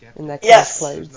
Yes